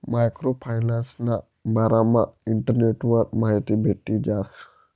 micro फायनान्सना बारामा इंटरनेटवर माहिती भेटी जास